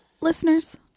Listeners